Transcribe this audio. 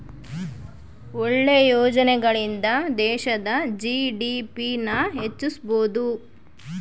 ಒಳ್ಳೆ ಯೋಜನೆಗಳಿಂದ ದೇಶದ ಜಿ.ಡಿ.ಪಿ ನ ಹೆಚ್ಚಿಸ್ಬೋದು